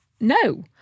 No